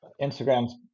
Instagram's